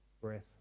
breath